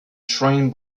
shrine